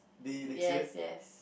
yes yes